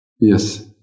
yes